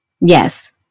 Yes